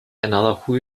another